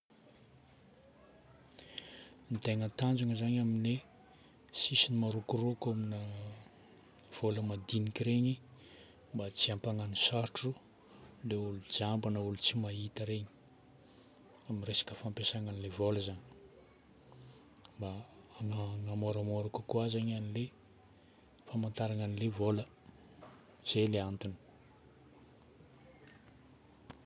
Ny tegna tanjona zagny amin'ny sisiny marokoroko amina vola madinika iregny, mba tsy hampagnanosarotro ilay olo jamba na olo tsy mahita iregny amin'ny resaka fampiasagna an'ilay vola zagny. Mba hagnamoramora kokoa zagny amin'ny famantarana an'ilay vola. Zay no antony.